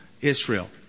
Israel